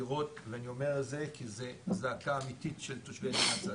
ואני אומר את זה כי זו זעקה אמיתית של תושבי עין אל-אסד.